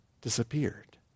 disappeared